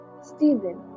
Stephen